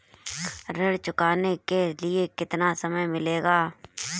ऋण चुकाने के लिए कितना समय मिलेगा?